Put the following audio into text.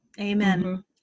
Amen